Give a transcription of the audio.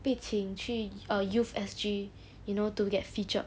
被请去 uh youth S_G you know to get featured